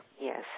Yes